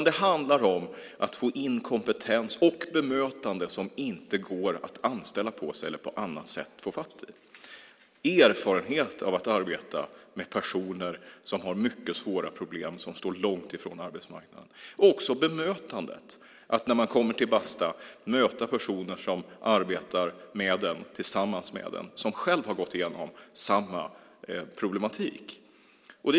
Det handlar om att få in kompetens och bemötande som det inte går att anställa på eller på annat sätt få fatt i, erfarenhet av att arbeta med personer som har mycket svåra problem, som står långt ifrån arbetsmarknaden. Det är också bemötandet, att när man kommer till Basta möta personer som arbetar med en, tillsammans med en, som själv har gått igenom samma problematik.